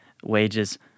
Wages